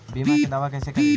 बीमा के दावा कैसे करी?